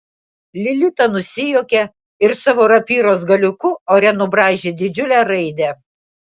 lilita nusijuokė ir savo rapyros galiuku ore nubraižė didžiulę raidę